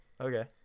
okay